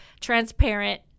transparent